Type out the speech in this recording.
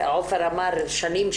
עופר אמר 'שנים',